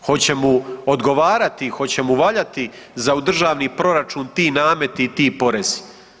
Hoće mu odgovarati, hoće mu valjati za u državni proračun ti nameti i ti porezi?